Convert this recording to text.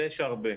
ויש הרבה.